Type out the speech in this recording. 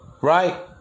Right